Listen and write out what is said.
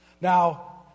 Now